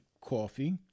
coffee